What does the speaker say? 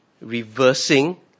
reversing